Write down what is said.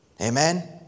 Amen